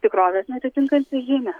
tikrovės neatitinkančią žinią